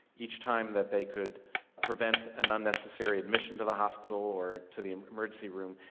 each time that they could prevent an unnecessary admission to the hospital or to the emergency room,